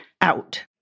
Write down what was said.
out